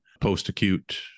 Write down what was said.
post-acute